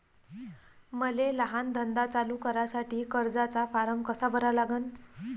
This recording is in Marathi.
मले लहान धंदा चालू करासाठी कर्जाचा फारम कसा भरा लागन?